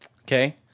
okay